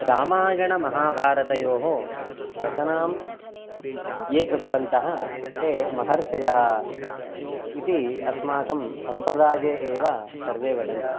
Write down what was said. रामायणमहाभारतयोः रचनां ये कृतवन्तः ते महर्षयः इति अस्माकं सम्प्रदाये एव सर्वे वदन्ति